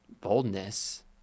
boldness